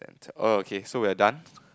oh okay so we're done